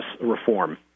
reform